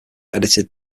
edited